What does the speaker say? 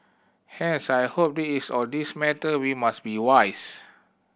hence I hope it is all these matter we must be wise